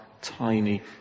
tiny